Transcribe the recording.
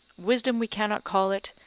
wisdom we cannot call it,